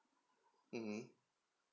mmhmm